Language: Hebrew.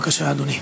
בבקשה, אדוני.